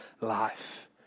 life